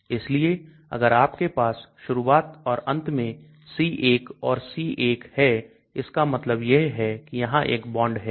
इसलिए अगर आपके पास शुरुआत और अंत में C1 और C1 है इसका मतलब यह है कि यहां एक बॉन्ड है